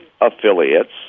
affiliates